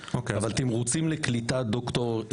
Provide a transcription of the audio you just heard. אבל תמריצים לדוקטורים,